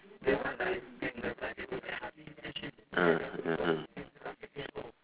ah (uh huh)